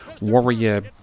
Warrior